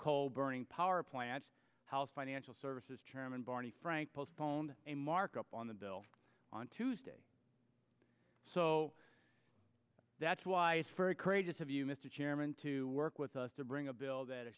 coal burning power plants house financial services chairman barney frank postponed a markup on the bill on tuesday so that's why it's very courageous of you mr chairman to work with us to bring a bill that